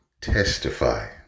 testify